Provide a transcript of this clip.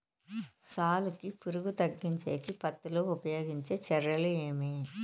సాలుకి పులుగు తగ్గించేకి పత్తి లో ఉపయోగించే చర్యలు ఏమి?